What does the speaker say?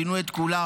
פינו את כולם,